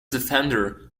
defender